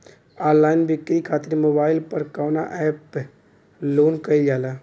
Online बिक्री खातिर mobile पर कवना एप्स लोन कईल जाला?